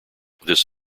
this